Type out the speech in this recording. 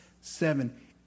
seven